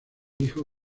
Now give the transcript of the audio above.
dijo